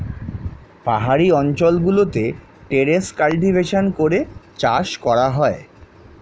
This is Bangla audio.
পাহাড়ি অঞ্চল গুলোতে টেরেস কাল্টিভেশন করে চাষ করা হয়